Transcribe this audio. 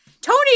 Tony